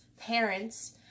parents